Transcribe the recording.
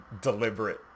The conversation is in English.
deliberate